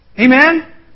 Amen